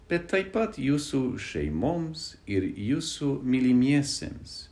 bet taip pat jūsų šeimoms ir jūsų mylimiesiems